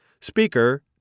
Speaker